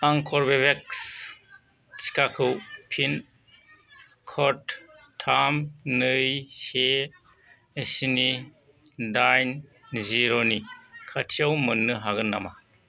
आं कर्वेभेक्स टिकाखौ pin code थाम नै से स्नि दाइन जिर' नि खाथियाव मोन्नो हागोन नामा